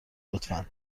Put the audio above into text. لطفا